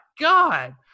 God